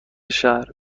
شهر